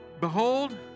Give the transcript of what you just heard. behold